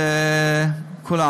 בשורה לכולם.